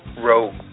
Rogue